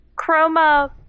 Chroma